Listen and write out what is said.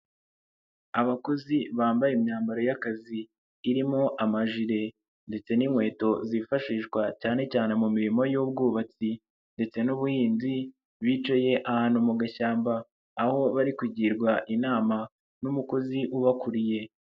Abakozi bambaye imyambaro y'akazi irimo amajire ndetse n'inkweto zifashishwa cyane cyane mu mirimo y'ubwubatsi ndetse n'ubuhinzi, bicaye ahantu mu gashyamba aho bari kugirwa inama n'umukozi ubakuriye.